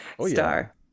star